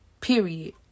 Period